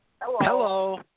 Hello